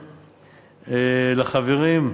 לחברים,